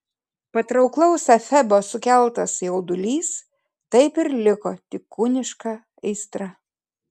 patrauklaus efebo sukeltas jaudulys taip ir liko tik kūniška aistra